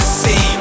see